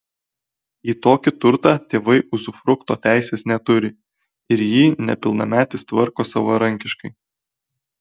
į tokį turtą tėvai uzufrukto teisės neturi ir jį nepilnametis tvarko savarankiškai